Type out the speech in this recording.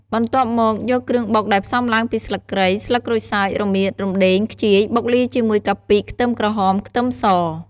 បន្ទាប់់មកយកគ្រឿងបុកដែលផ្សំឡើងពីស្លឹកគ្រៃ ស្លឹកក្រូចសើច រមៀត រំដេង ខ្ជាយ បុកលាយជាមួយកាពិ ខ្ទឹមក្រហម ខ្ទឹមស។